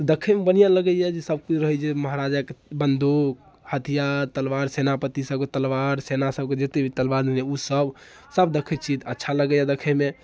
तऽ देखैमे बढ़िआँ लगैए सबके रहै जे महाराजाके बन्दूक हथिआर तलबार सेनापती सबके तलबार सेना सबके जतेक भी तलबार लेने ओ सब सब देखैत छी अच्छा लगैए देखैमे